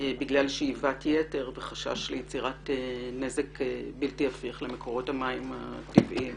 בגלל שאיבת יתר וחשש ליצירת נזק בלתי הפיך למקורות המים הטבעיים.